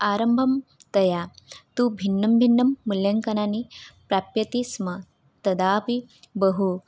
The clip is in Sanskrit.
आरम्भतया तु भिन्नं भिन्नं मूल्याङ्कनानि प्राप्यते स्म तदापि बहु